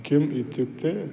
किम् इत्युक्ते